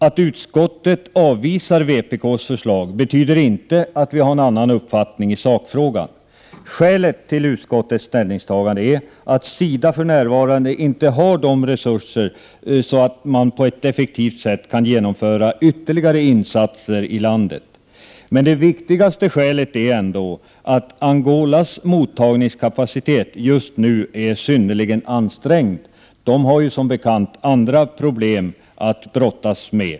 Att utskottet avvisar vpk:s förslag betyder inte att vi har en annan uppfattning i sakfrågan. Skälet till utskottets ställningstagande är att SIDA för närvarande inte har resurser att på ett effektivt sätt genomföra ytterligare insatser i landet. Det viktigaste skälet är ändå att Angolas mottagningskapacitet just nu är synnerligen ansträngd. Man har som bekant andra problem att brottas med.